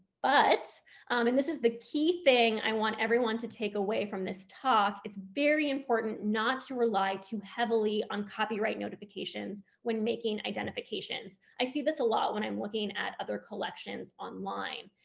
but and this is the key thing i want everyone to take away from this talk it's very important not to rely too heavily on copyright notifications when making identifications. i see this a lot when i'm looking at other collections online.